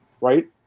right